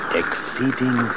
exceeding